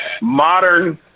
modern